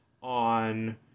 on